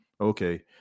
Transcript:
okay